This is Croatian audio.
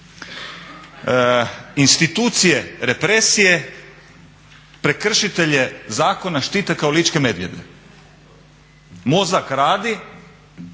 Institucije represije prekršitelje zakona štite kao ličke medvjede. Mozak radi